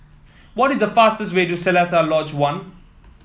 what is the fastest way to Seletar Lodge One